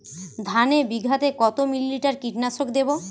ধানে বিঘাতে কত মিলি লিটার কীটনাশক দেবো?